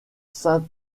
saint